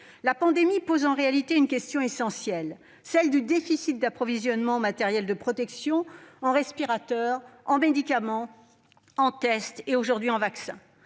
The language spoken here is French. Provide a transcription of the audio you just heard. La pandémie pose en réalité une question essentielle, celle du déficit d'approvisionnement en matériel de protection, en respirateurs, en médicaments, en tests et, aujourd'hui, en vaccins